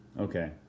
Okay